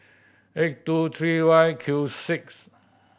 eight two three Y Q six